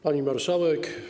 Pani Marszałek!